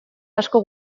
asko